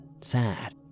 sad